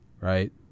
Right